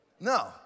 No